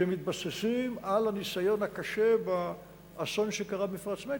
שמתבססים על הניסיון הקשה באסון שקרה במפרץ מקסיקו.